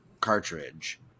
cartridge